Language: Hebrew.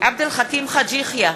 עבד אל חכים חאג' יחיא,